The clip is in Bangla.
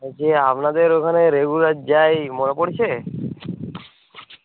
বলছি যে আপনাদের ওখানে রেগুলার যাই মনে পড়ছে